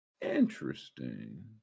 interesting